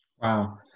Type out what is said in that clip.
Wow